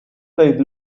they